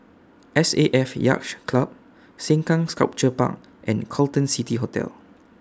S A F Yacht Club Sengkang Sculpture Park and Carlton City Hotel